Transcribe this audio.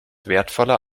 wertvoller